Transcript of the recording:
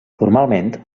formalment